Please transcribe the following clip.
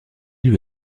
lui